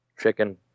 chicken